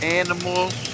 animals